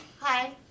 Hi